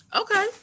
Okay